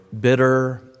bitter